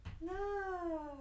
No